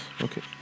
Okay